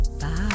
Bye